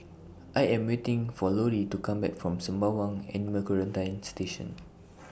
I Am waiting For Lorie to Come Back from Sembawang Animal Quarantine Station